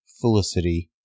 Felicity